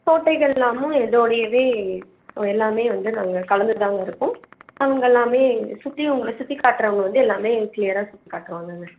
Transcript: கோட்டைகள்லாமும் இதோடையவே எல்லாமே வந்து நாங்கள் கலந்து தாங்க இருக்கும் அவங்கெல்லாமே சுற்றி உங்களை சுற்றி காட்டுறவுங்க வந்து எல்லாமே க்ளியராக சுற்றி காட்டுவாங்கங்க